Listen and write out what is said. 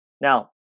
Now